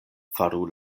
faru